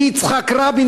יצחק רבין,